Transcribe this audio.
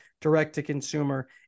direct-to-consumer